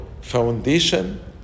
foundation